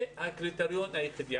זה הקריטריון היחידי.